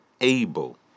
able